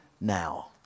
now